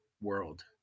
world